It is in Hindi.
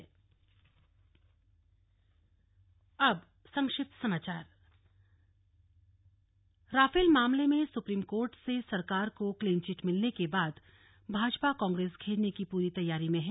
अब संक्षिप्त समाचार राफेल मामले में सुप्रीम कोर्ट से सरकार को क्लीनचिट मिलने के बाद भाजपा कांग्रेस घेरने की पूरी तैयारी में है